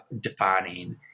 defining